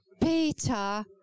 Peter